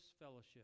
fellowship